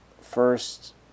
first